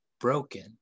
broken